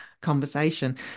conversation